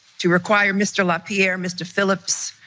to require mr. lapierre, mr. phillips,